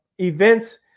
events